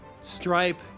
stripe